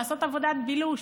לעשות עבודת בילוש,